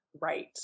Right